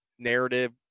narrative